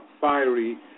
fiery